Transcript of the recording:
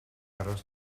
aros